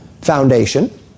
foundation